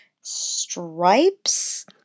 stripes